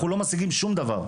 אנחנו לא משיגים שום דבר.